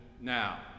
now